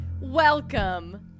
Welcome